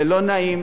זה לא נעים,